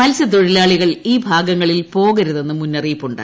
മൽസ്യത്തൊഴിലാളികൾ ഈ ഭാഗങ്ങളിൽ പോകരുതെന്ന് മുന്നറിയിപ്പുണ്ട്